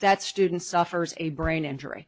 that student suffers a brain injury